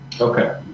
okay